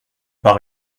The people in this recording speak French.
pas